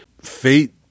fate